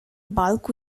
bulk